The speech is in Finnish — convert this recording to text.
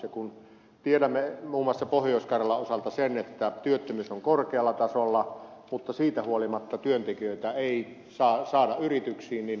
ja kun tiedämme muun muassa pohjois karjalan osalta sen että työttömyys on korkealla tasolla mutta siitä huolimatta työntekijöitä ei saada yrityksiin niin kysyn